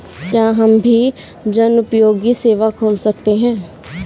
क्या हम भी जनोपयोगी सेवा खोल सकते हैं?